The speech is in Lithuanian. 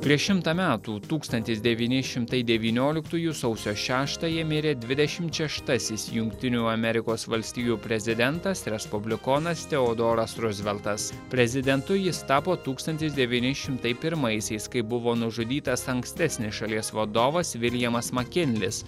prieš šimtą metų tūkstantis devyni šimtai devynioliktųjų sausio šeštąją mirė dvidešimt šeštasis jungtinių amerikos valstijų prezidentas respublikonas teodoras ruzveltas prezidentu jis tapo tūkstantis devyni šimtai pirmaisiais kai buvo nužudytas ankstesnės šalies vadovas viljamas makinlis